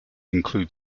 include